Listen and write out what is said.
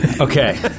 Okay